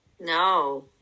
No